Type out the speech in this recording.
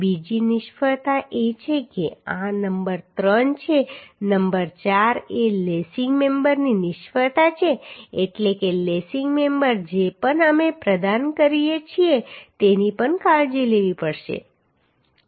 બીજી નિષ્ફળતા એ છે કે આ નંબર 3 છે નંબર 4 એ લેસિંગ મેમ્બરની નિષ્ફળતા છે એટલે કે લેસિંગ મેમ્બર જે પણ અમે પ્રદાન કરીએ છીએ તેની પણ કાળજી લેવી પડશે